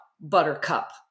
buttercup